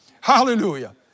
hallelujah